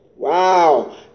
Wow